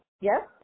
Yes